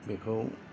बेखौ